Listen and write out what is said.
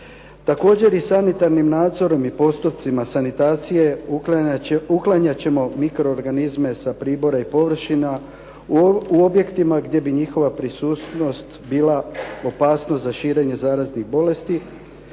Također i sanitarnim nadzorom i postupcima sanitacije uklanjat ćemo mikroorganizme sa pribora i površina u objektima gdje bi njegova prisutnost bila opasnost za širenje zaraznih bolesti